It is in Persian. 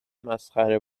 مسخره